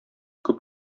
күп